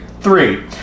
Three